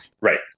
Right